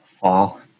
Fall